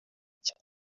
cyo